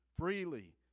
Freely